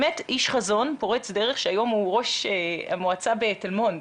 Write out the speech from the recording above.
באמת איש חזון פורץ דרך שהיום הוא ראש המועצה בתלמונד,